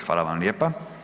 Hvala vam lijepa.